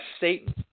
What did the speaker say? Satan